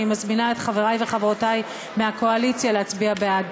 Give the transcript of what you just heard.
אני מזמינה את חברי וחברותי מהקואליציה להצביע בעד.